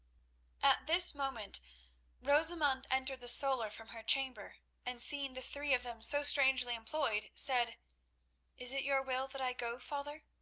at this moment rosamund entered the solar from her chamber, and seeing the three of them so strangely employed, said is it your will that i go, father?